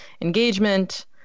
engagement